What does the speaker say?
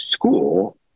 school